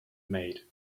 made